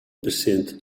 persint